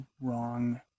wrong